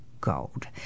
gold